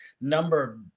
number